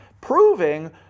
proving